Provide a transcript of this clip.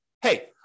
hey